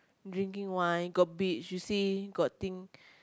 drinking wine got beach you see got thing